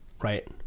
Right